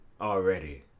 already